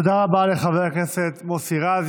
תודה רבה לחבר הכנסת מוסי רז.